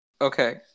Okay